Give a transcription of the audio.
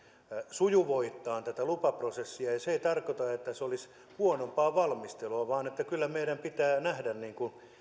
sujuvoittamaan tätä lupaprosessia ja ja se ei tarkoita että se olisi huonompaa valmistelua vaan kyllä meidän pitää nähdä